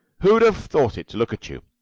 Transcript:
who'd have thought it, to look at you?